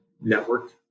network